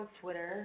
Twitter